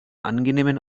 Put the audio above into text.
angenehmen